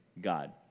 God